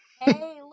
Hey